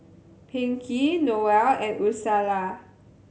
Pinkey Noelle and Ursula